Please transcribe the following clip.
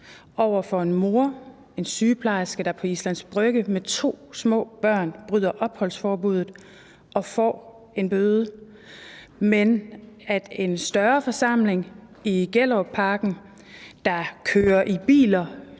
over for en mor, en sygeplejerske, der på Islands Brygge med to små børn bryder opholdsforbuddet og får en bøde, end de er over for en større forsamling i Gellerupparken, der kører i biler,